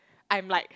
I'm like